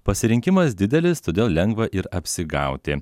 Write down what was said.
pasirinkimas didelis todėl lengva ir apsigauti